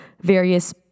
various